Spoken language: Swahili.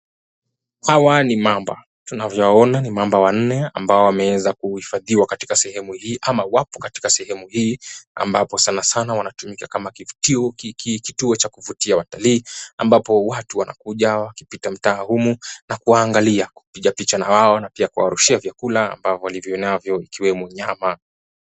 Hawa ni mamba tunavyowaona ni mamba wanne ambao wameweza kuhifadhiwa katika sehemu hii ama wapo katika sehemu hii ambapo sana sana wanatumika kama kivutio kituo cha kuvutia watalii ambapo watu wanakuja wakipita mtaa humu na kuwaangalia kupiga picha na wao na pia kuwarushia vyakula ambavyo walivyo navyo ikiwemo nyama.